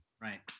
right